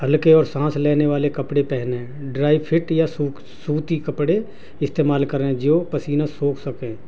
ہلکے اور سانس لینے والے کپڑے پہننے ڈرائی فٹ یا سوکھے سوتی کپڑے استعمال کریں جو پسینہ سوکھ سکیں